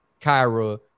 Kyra